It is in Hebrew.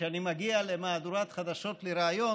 כשאני מגיע למהדורת החדשות לריאיון